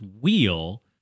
wheel